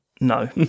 No